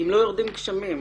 אם לא יורדים גשמים,